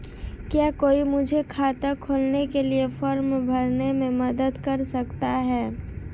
क्या कोई मुझे खाता खोलने के लिए फॉर्म भरने में मदद कर सकता है?